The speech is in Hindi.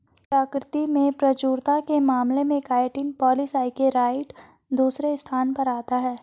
प्रकृति में प्रचुरता के मामले में काइटिन पॉलीसेकेराइड दूसरे स्थान पर आता है